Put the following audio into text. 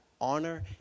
honor